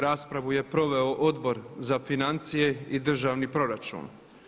Raspravu je proveo Odbor za financije i državni proračun.